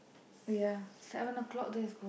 ya seven o-clock just go